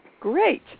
Great